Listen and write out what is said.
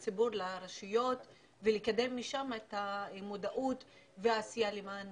לרשויות ולקדם משם את המודעות והעשייה למען